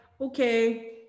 okay